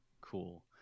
cool